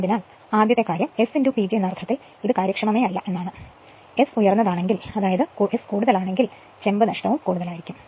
അതിനാൽ ആദ്യ കാര്യം S PG എന്ന അർത്ഥത്തിൽ ഇത് കാര്യക്ഷമമല്ല S ഉയർന്നതാണെങ്കിൽ അതായത് S കൂടുതലാണെങ്കിൽ ചെമ്പ് നഷ്ടം കൂടുതലായിരിക്കും